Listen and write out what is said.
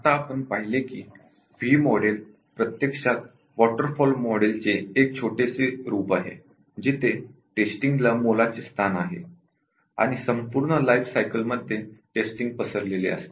आता आपण पाहिले की व्ही मॉडेल प्रत्यक्षात वॉटरफॉल मॉडेल चे एक छोटेसे रूप आहे जिथे टेस्टींगला मोलाचे स्थान आहे आणि संपूर्ण लाइफ सायकल मध्ये टेस्टींग असते